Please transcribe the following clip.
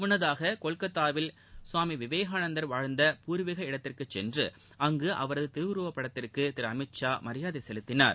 முன்னதாக கொல்கத்தாவில் சுவாமி விவேகானந்தர் வாழ்ந்த பூர்வீக இடத்திற்கு சென்று அங்கு அவரது திருவுருவப்படத்திற்கு திரு அமித்ஷா மரியாதை செலுத்தினார்